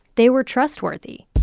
they were trustworthy